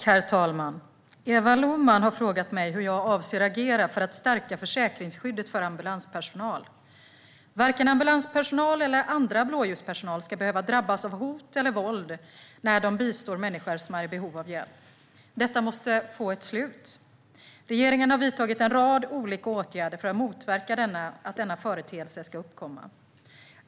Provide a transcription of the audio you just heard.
Herr talman! Eva Lohman har frågat mig hur jag avser att agera för att stärka försäkringsskyddet för ambulanspersonal. Varken ambulanspersonal eller annan blåljuspersonal ska behöva drabbas av hot eller våld när de bistår människor som är i behov av hjälp. Detta måste få ett slut. Regeringen har vidtagit en rad olika åtgärder för att motverka att denna företeelse ska uppkomma.